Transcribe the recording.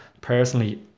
personally